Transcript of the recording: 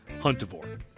Huntivore